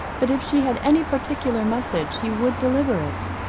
but if she had any particular message he would deliver it.